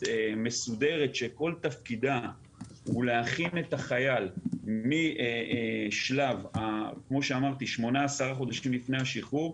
מסודרת שכל תפקידה הוא להכין את החייל משלב ה-8-10 חודשים לפני השחרור